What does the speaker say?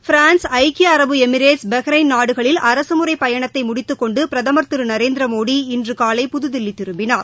France ஐக்கிய அரபு Emirates Bahrain நாடுகளில் அரசுமுறைப் பயணத்தை முடித்துக் கொண்டு பிரதமர் திரு நரேந்திரமோடி இன்று காலை புதுதில்லி திரும்பினார்